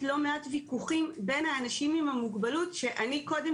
לא מעט ויכוחים בין האנשים עם המוגבלות של: אני קודם